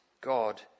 God